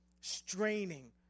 straining